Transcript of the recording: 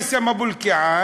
מייסם אבו אלקיעאן,